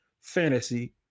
Fantasy